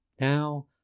Now